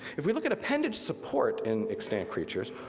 if we look at appendage support in extant creatures,